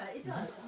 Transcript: it does.